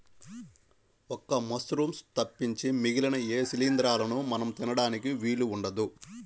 ఒక్క మశ్రూమ్స్ తప్పించి మిగిలిన ఏ శిలీంద్రాలనూ మనం తినడానికి వీలు ఉండదు